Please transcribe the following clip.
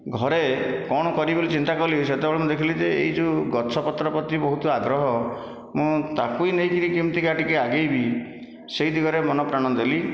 ଘରେ କ'ଣ କରିବି ବୋଲି ଚିନ୍ତା କଲି ସେତେବେଳେ ମୁଁ ଦେଖିଲି ଯେ ଏହି ଯେଉଁ ଗଛ ପତ୍ର ପ୍ରତି ବହୁତ ଆଗ୍ରହ ମୁଁ ତାକୁ ହିଁ ନେଇକରି କେମିତିକା ଟିକିଏ ଆଗେଇବି ସେହି ଦିଗରେ ମନ ପ୍ରାଣ ଦେଲି